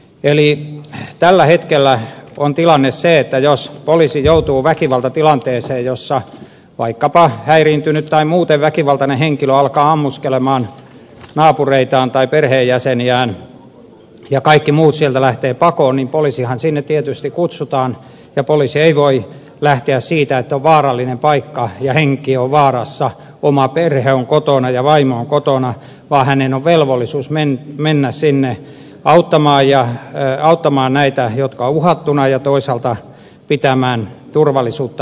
eli tällä hetkellä on tilanne se että jos poliisi joutuu väkivaltatilanteeseen jossa vaikkapa häiriintynyt tai muuten väkivaltainen henkilö alkaa ammuskella naapureitaan tai perheenjäseniään ja kaikki muut sieltä lähtevät pakoon poliisihan sinne tietysti kutsutaan niin poliisi ei voi lähteä siitä että on vaarallinen paikka ja henki on vaarassa oma perhe on kotona ja vaimo on kotona vaan hänen on velvollisuus mennä sinne auttamaan näitä jotka ovat uhattuna ja toisaalta pitämään turvallisuutta yllä